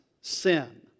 sin